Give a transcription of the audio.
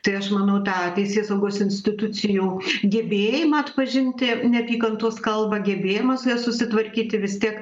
tai aš manau tą teisėsaugos institucijų gebėjimą atpažinti neapykantos kalbą gebėjimą su ja susitvarkyti vis tiek